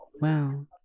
wow